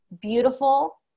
beautiful